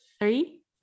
three